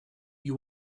you